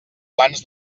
plans